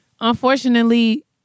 unfortunately